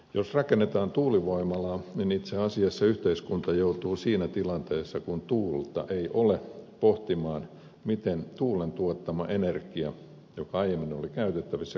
jos rakennetaan tuulivoimala niin itse asiassa yhteiskunta joutuu siinä tilanteessa kun tuulta ei ole pohtimaan miten tuulen tuottama energia joka aiemmin oli käytettävissä korvataan